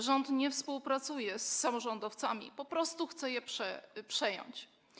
Rząd nie współpracuje z samorządowcami, po prostu chce to przejąć.